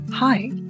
Hi